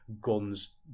guns